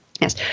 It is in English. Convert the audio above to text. Yes